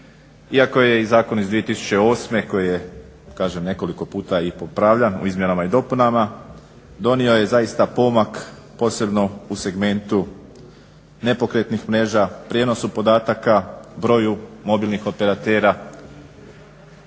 iako je i Zakon iz 2008. koji je kažem nekoliko puta i popravljan u izmjenama i dopunama donio je zaista pomak posebno u segmentu nepokretnih mreža, prijenosu podataka, broju mobilnih operatera.